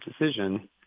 decision